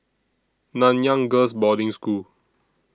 Nanyang Girls' Boarding School